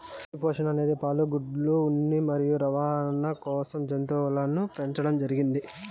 పశు పోషణ అనేది పాలు, గుడ్లు, ఉన్ని మరియు రవాణ కోసం జంతువులను పెంచండం జరిగింది